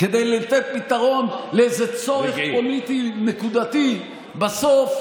יש לנו פתרון: אנחנו לא,